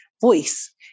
voice